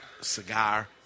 cigar